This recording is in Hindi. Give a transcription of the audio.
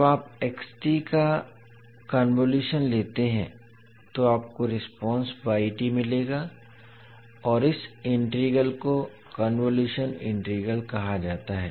जब आप का कन्वोलुशन लेते हैं तो आपको रिस्पांस मिलेगा और इस इंटीग्रल को कन्वोलुशन इंटीग्रल कहा जाता है